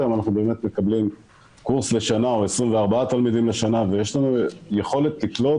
היום אנחנו באמת מקבלים קורס לשנה או 24 תלמידים לשנה ויש לנו יכולת לקלוט